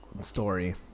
story